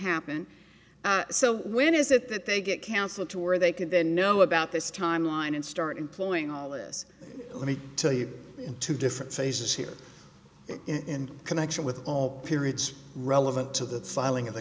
happen so when is it that they get council to where they can then know about this timeline and start employing all this let me tell you in two different phases here in connection with all periods relevant to the filing